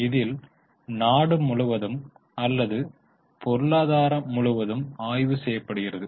இதில் நாடு முழுவதும் அலல்து பொருளாதாரம் முழுவதும் ஆய்வு செய்யப்படுகிறது